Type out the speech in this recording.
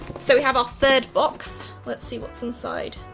so we have our third box. let's see what's inside.